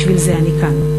בשביל זה אני כאן.